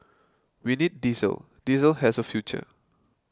we need diesel diesel has a future